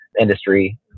industry